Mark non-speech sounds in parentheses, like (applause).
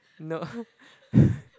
no (laughs)